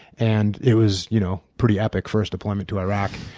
and it was you know pretty epic, first deployment to iraq.